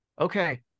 okay